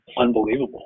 unbelievable